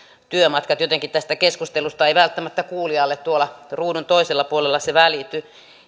jotenkin tästä keskustelusta ei välttämättä kuulijalle tuolla ruudun toisella puolella se välity